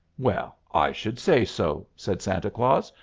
well, i should say so, said santa claus.